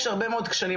יש הרבה מאוד כשלים,